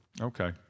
Okay